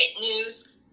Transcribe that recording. news